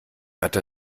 hatten